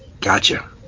Gotcha